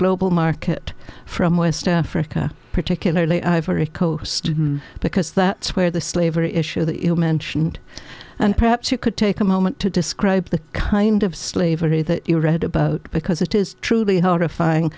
bull market from west africa particularly ivory coast because that's where the slavery issue that you mentioned and perhaps you could take a moment to describe the kind of slavery that you read about because it is truly horrifying